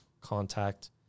contact